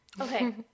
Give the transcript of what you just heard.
Okay